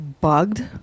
Bugged